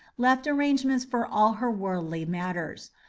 left arrangements for all her worldly matters.